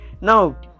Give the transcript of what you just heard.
now